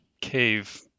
cave